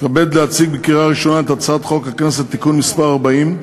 אני מתכבד להציג לקריאה ראשונה את הצעת חוק הכנסת (תיקון מס' 40)